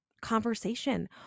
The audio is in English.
conversation